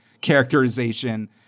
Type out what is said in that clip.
characterization